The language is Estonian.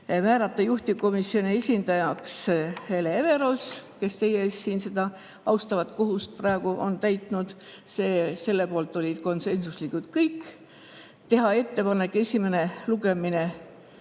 Määrata juhtivkomisjoni esindajaks Hele Everaus, kes teie ees seda austavat kohustust praegu on täitnud, selle poolt olid konsensuslikult kõik. Teha ettepanek esimene lugemine